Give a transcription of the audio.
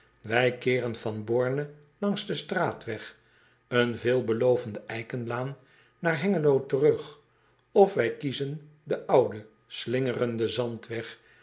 ij keeren van orne langs den straatweg een veelbelovende eikenlaan naar engelo terug of wij kiezen den ouden slingerenden zandweg